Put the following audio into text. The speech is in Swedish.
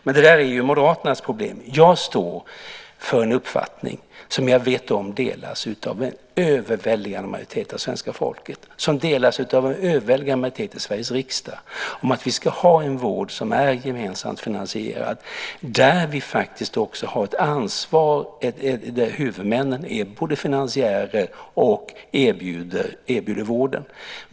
Men det där är Moderaternas problem. Jag står för en uppfattning, som jag vet delas av en överväldigande majoritet av svenska folket och som delas av en överväldigande majoritet i Sveriges riksdag, om att vi ska ha en vård som är gemensamt finansierad, där vi också har ett ansvar, där huvudmännen är både finansiärer och erbjuder vården.